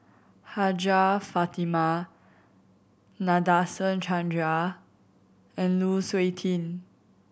Hajjah Fatimah Nadasen Chandra and Lu Suitin